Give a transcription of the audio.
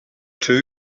after